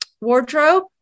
wardrobe